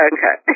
Okay